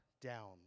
down